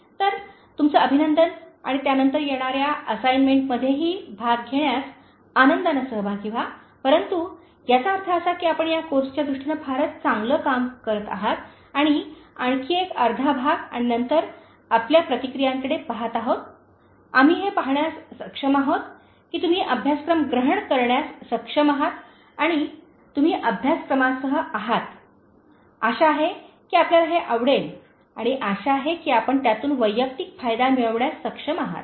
तर तुमचे अभिनंदन आणि त्यानंतर येणाऱ्या असाईनमेंटमध्येही भाग घेण्यास आनंदाने सहभागी व्हा परंतु याचा अर्थ असा की आपण या कोर्सच्या दृष्टीने फारच चांगले काम करत आहात आणि आणखी एक अर्धा भाग आणि नंतर आपल्या प्रतिक्रियांकडे पहात आहोत आम्ही हे पाहण्यास सक्षम आहोत की तुम्ही अभ्यासक्रम ग्रहण करण्यास सक्षम आहात आणि तुम्ही अभ्यासक्रमासह आहात आशा आहे की आपल्याला हे आवडेल आणि आशा आहे की आपण त्यातून वैयक्तिक फायदा मिळविण्यास सक्षम आहात